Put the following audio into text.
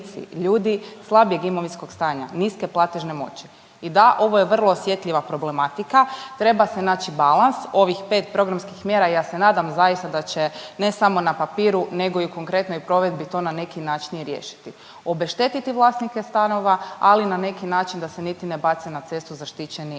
ljudi slabijeg imovinskog stanja niske platežne moći. I da, ovo je vrlo osjetljiva problematika treba se naći balans ovih pet programskih mjera. Ja se nadam zaista da će ne samo na papiru nego i u konkretnoj provedbi to na neki način i riješiti, obeštetiti vlasnike stanova, ali neki način da niti ne bace na cestu zaštićeni